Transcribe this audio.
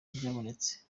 byabonetse